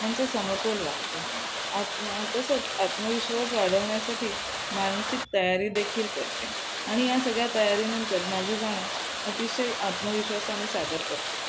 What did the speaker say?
यांचं समतोल राखते आत्म तसंच आत्मविश्वास वाढवण्यासाठी मानसिक तयारी देखील करते आणि या सगळ्या तयारीनंतर माझं गाणं अतिशय आत्मविश्वासाने सादर करते